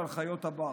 ועל חיות הבר.